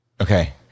Okay